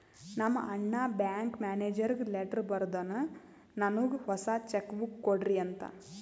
ನಮ್ ಅಣ್ಣಾ ಬ್ಯಾಂಕ್ ಮ್ಯಾನೇಜರ್ಗ ಲೆಟರ್ ಬರ್ದುನ್ ನನ್ನುಗ್ ಹೊಸಾ ಚೆಕ್ ಬುಕ್ ಕೊಡ್ರಿ ಅಂತ್